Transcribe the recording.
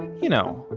you know,